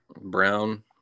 Brown